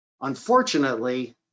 Unfortunately